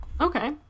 Okay